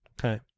Okay